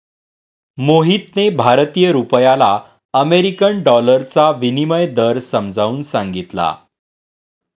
मोहितने भारतीय रुपयाला अमेरिकन डॉलरचा विनिमय दर समजावून सांगितला